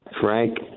Frank